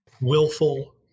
willful